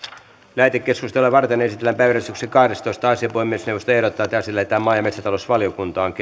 lähetekeskustelua varten esitellään päiväjärjestyksen kahdestoista asia puhemiesneuvosto ehdottaa että asia lähetetään maa ja metsätalousvaliokuntaan